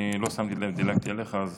לא שמתי לב, דילגתי עליך, אז